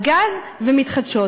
על גז ומתחדשות.